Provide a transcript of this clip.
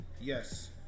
yes